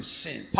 sin